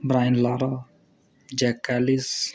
Brian Lara Jacques Kallis